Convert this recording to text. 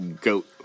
goat